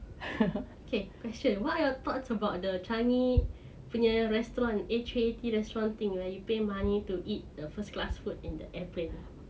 okay question what are your thoughts about the changi punya restaurant a three eighty thing where you pay money to eat the first class food in the airplane